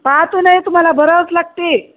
पाहतो नाही तुम्हाला भरावंच लागते